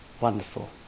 Wonderful